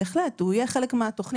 בהחלט, הוא יהיה חלק מהתכנית,